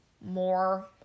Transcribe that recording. more